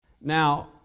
Now